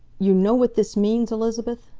you know what this means, elizabeth?